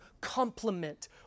complement